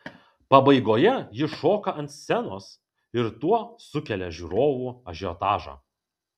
pabaigoje ji šoka ant scenos ir tuo sukelia žiūrovų ažiotažą